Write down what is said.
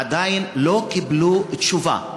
עדיין לא קיבלו תשובה.